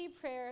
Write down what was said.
prayer